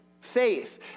Faith